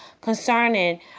concerning